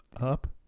up